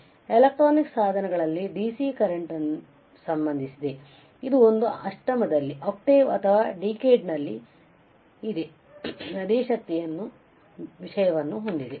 ಇದು ಎಲೆಕ್ಟ್ರಾನಿಕ್ ಸಾಧನಗಳಲ್ಲಿ DC current ಸಂಬಂಧಿಸಿದೆ ಇದು ಒಂದು ಅಷ್ಟಮದಲ್ಲಿ ಅಥವಾ ಡಿಕೆಡ್ ನಲ್ಲಿ ಅದೇ ಶಕ್ತಿಯ ವಿಷಯವನ್ನು ಹೊಂದಿದೆ